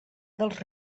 dels